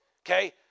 Okay